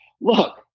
look